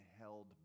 held